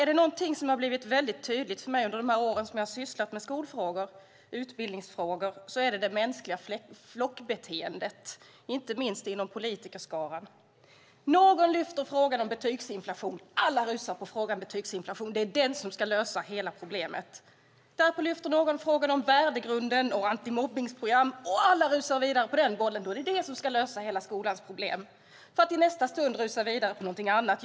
Om det är någonting som blivit tydligt för mig under de år jag sysslat med utbildningsfrågor så är det det mänskliga flockbeteendet, inte minst inom politikerskaran. Någon lyfter upp frågan om betygsinflation, och alla rusar på den frågan; den ska lösa hela problemet. Därpå lyfter någon upp frågan om värdegrunden och antimobbningsprogrammen, och alla rusar vidare på den bollen, som då ska lösa skolans problem. Och i nästa stund rusar alla vidare på någonting annat.